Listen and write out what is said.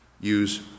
use